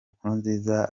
nkurunziza